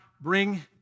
bring